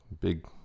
big